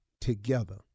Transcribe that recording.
together